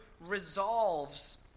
resolves